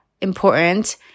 important